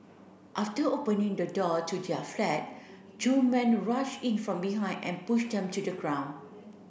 after opening the door to their flat two men rushed in from behind and pushed them to the ground